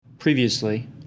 Previously